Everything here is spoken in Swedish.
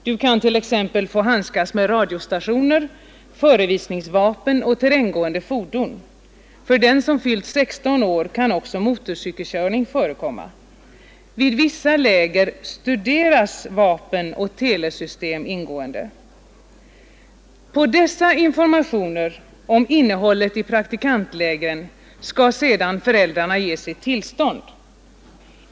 Du kan t.ex. få handskas med radiostationer, förevisningsvapen och terränggående fordon. För den som fyllt 16 år kan också motorcykelkörning förekomma. Vid vissa läger studeras vapen och telesystem ingående.” På dessa informationer om praktikantlägren skall föräldrarna sedan ge sitt tillstånd.